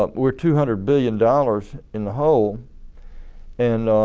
ah we're two hundred billion dollars in the hole and